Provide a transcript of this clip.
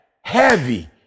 heavy